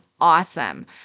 Awesome